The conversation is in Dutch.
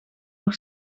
nog